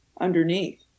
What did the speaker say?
underneath